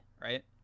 right